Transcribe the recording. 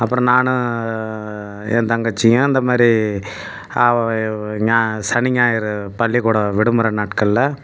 அப்புறம் நானும் என் தங்கச்சியும் இந்த மாதிரி ஞா சனி ஞாயிறு பள்ளிக்கூடம் விடுமுறை நாட்களில்